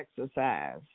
exercise